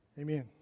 Amen